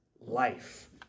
Life